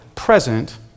present